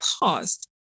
paused